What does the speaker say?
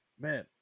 man